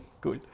cool